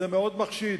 זה מאוד מחשיד.